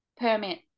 permit